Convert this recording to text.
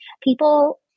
people